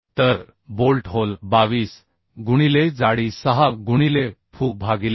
तर bolt hole 22 गुणिले जाडी 6 गुणिले fu भागिले 1